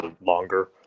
longer